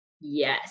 Yes